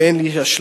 ואין לי אשליות,